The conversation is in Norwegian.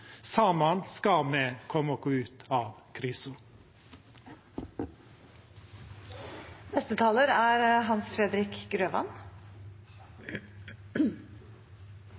sammen komme oss ut av